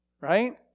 right